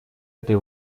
этой